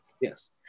Yes